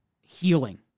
healing